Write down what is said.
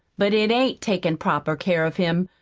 but it ain't takin' proper care of him,